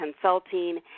consulting